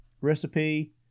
recipe